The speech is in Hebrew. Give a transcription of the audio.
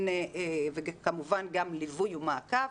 כמובן גם ליווי ומעקב.